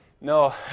No